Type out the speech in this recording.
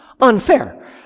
Unfair